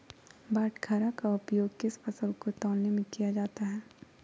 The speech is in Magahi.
बाटखरा का उपयोग किस फसल को तौलने में किया जाता है?